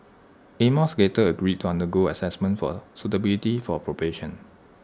amos later agreed to undergo Assessment for suitability for probation